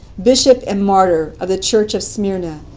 bishop and martyr of the church of smyrna,